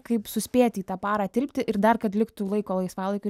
kaip suspėti į tą parą tilpti ir dar kad liktų laiko laisvalaikiui